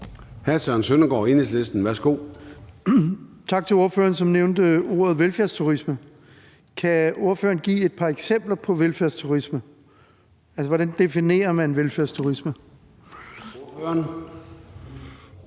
15:56 Søren Søndergaard (EL): Tak til ordføreren, som nævnte ordet velfærdsturisme. Kan ordføreren give et par eksempler på velfærdsturisme? Hvordan definerer man velfærdsturisme? Kl.